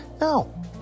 No